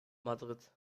madrid